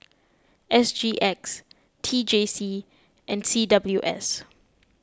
S G X T J C and C W S